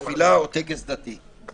תפילה או טקס דתי?